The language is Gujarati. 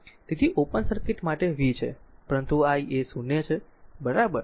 તેથી ઓપન સર્કિટ માટે v છે પરંતુ i એ 0 છે બરાબર